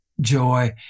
joy